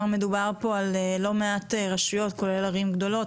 מדובר פה על לא מעט רשויות כולל ערים גדולות,